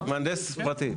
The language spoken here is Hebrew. מהנדס פרטי.